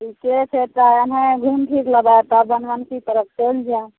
ठिके छै तऽ एनहि घुमि फिर लेबै तब बनमनखी तरफ चलि जाएब